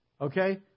okay